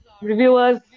reviewers